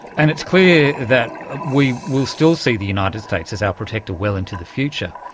and it's clear that we will still see the united states as our protector well into the future.